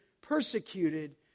persecuted